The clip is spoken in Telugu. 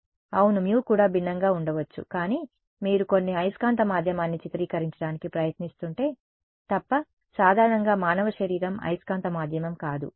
μ కూడా భిన్నంగా ఉండవచ్చు అవును మ్యు కూడా భిన్నంగా ఉండవచ్చు కానీ మీరు కొన్ని అయస్కాంత మాధ్యమాన్ని చిత్రీకరించడానికి ప్రయత్నిస్తుంటే తప్ప సాధారణంగా మానవ శరీరం అయస్కాంత మాధ్యమం కాదు